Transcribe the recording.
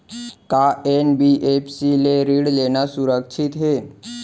का एन.बी.एफ.सी ले ऋण लेना सुरक्षित हे?